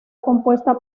compuesta